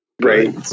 right